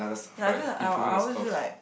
like I feel like I I'll always feel like